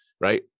right